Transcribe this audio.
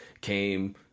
came